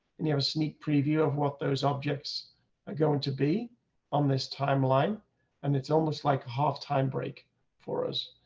and you have a sneak preview of what those objects are going to be on this timeline and it's almost like half time break for us.